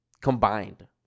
combined